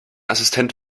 assistent